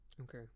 okay